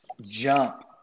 jump